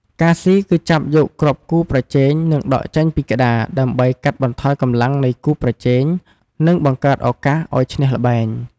ការស៊ី គឺចាប់យកគ្រាប់គូប្រជែង និងដកចេញពីក្ដារ ដើម្បីកាត់បន្ថយកម្លាំងនៃគូប្រជែង និងបង្កើតឱកាសឲ្យឈ្នះល្បែង។